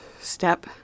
step